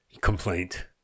complaint